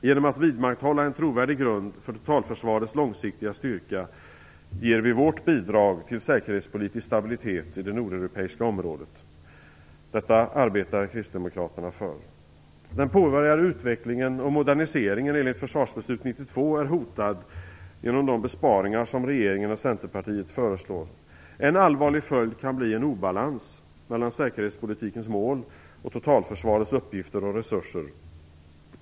Genom att vidmakthålla en trovärdig grund för totalförsvarets långsiktiga styrka ger vi vårt bidrag till säkerhetspolitisk stabilitet i det nordeuropeiska området. Detta arbetar kristdemokraterna för. Den påbörjade utvecklingen och moderniseringen enligt försvarsbeslutet 92 är hotad genom de besparingar som regeringen och Centerpartiet föreslår. En allvarlig följd kan bli en obalans mellan säkerhetspolitikens mål och totalförsvarets uppgifter och resurser.